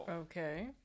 Okay